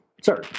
Sir